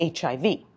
HIV